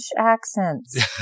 accents